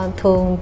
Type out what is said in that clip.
thường